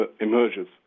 emerges